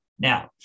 now